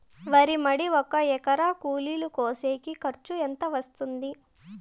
వరి మడి ఒక ఎకరా కూలీలు కోసేకి ఖర్చు ఎంత వస్తుంది?